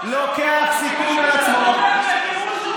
לוקח סיכון על עצמו.